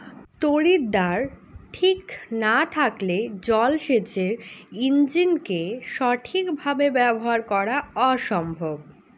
তড়িৎদ্বার ঠিক না থাকলে জল সেচের ইণ্জিনকে সঠিক ভাবে ব্যবহার করা অসম্ভব